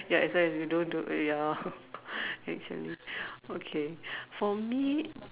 ya as in if you don't do ya it's in okay for me